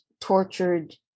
tortured